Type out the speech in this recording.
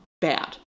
bad